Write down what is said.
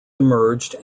emerged